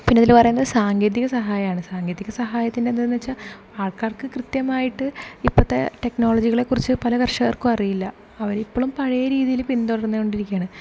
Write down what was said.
പിന്നെ ഇതിൽ പറയുന്നത് സാങ്കേതിക സഹായമാണ് സാങ്കേതിക സഹായാത്തിൻ്റെ എന്താണെന്ന് വച്ചാൽ ആൾക്കാർക്ക് കൃത്യമായിട്ട് ഇപ്പോഴത്തെ ടെക്നൊളജികളെക്കുറിച്ചും പല കർഷകർക്കും അറിയില്ല അവരിപ്പളും പഴയ രീതിയിൽ പിന്തുടർന്ന് കൊണ്ടിരിക്കുകയാണ്